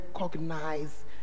recognize